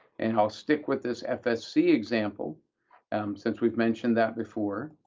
and i'll stick with this fsc example since we've mentioned that before.